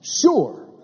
Sure